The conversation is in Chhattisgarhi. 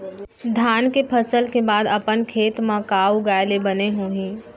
धान के फसल के बाद अपन खेत मा का उगाए ले बने होही?